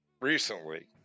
recently